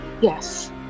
Yes